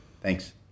Thanks